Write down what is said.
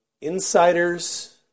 Insiders